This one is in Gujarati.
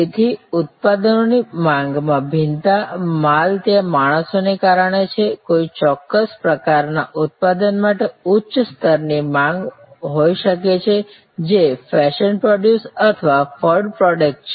તેથી ઉત્પાદનોની માંગમાં ભિન્નતા માલ ત્યાં મોસમને કારણે છે કોઈ ચોક્કસ પ્રકારના ઉત્પાદન માટે ઉચ્ચ સ્તરની માંગ હોઈ શકે છે જે ફેશન પ્રોડ્યૂસ અથવા ફડ પ્રોડક્ટ છે